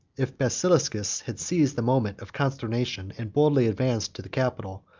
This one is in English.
if basiliscus had seized the moment of consternation, and boldly advanced to the capital,